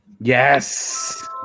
Yes